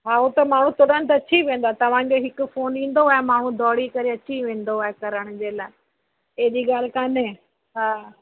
हा उहो त माण्हू तुरंत अची वेंदा तव्हांजे हिकु फ़ोन ईंदो ऐं माण्हू डोड़ी करे अची वेंदो आहे करण जे लाइ हेॾी ॻाल्हि काने हा